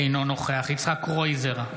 אינו נוכח יצחק קרויזר,